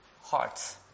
hearts